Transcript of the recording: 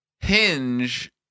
hinge